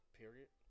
period